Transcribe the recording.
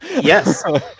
Yes